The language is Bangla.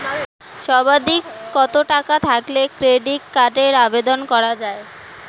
সর্বাধিক কত টাকা থাকলে ক্রেডিট কার্ডের আবেদন করা য়ায়?